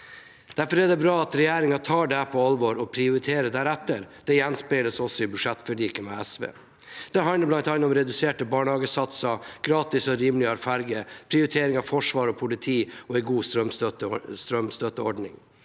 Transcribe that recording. Derfor er det bra at regjeringen tar det på alvor og prioriterer deretter. Det gjenspeiles også i budsjettforliket med SV. Det handler bl.a. om reduserte barnehagesatser, gratis og rimeligere ferger, prioritering av forsvar og politi og en god strømstøtteordning.